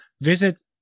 visit